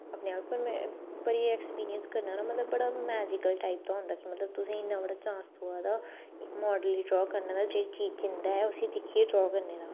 अपने आप पर में पर एह् ऐक्सपिरींयस करना न मतलब बड़ा मैजीकल टाइप दा होंदा मतलब कि तुसें गी इन्ना बड़ा चांस थ्होआ दा इक माडल गी ड्रा करने दा जेह्ड़ी चीज़ जींदा उसी दिक्खियै ड्रा करने दा